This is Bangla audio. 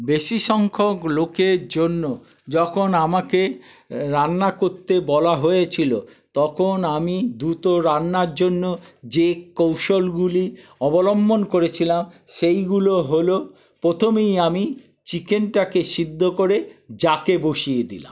বেশি সংখ্যক লোকের জন্য যখন আমাকে রান্না করতে বলা হয়েছিলো তখন আমি দ্রুত রান্নার জন্য যে কৌশলগুলি অবলম্বন করেছিলাম সেইগুলো হলো প্রথমেই আমি চিকেনটাকে সেদ্ধ করে জাকে বসিয়ে দিলাম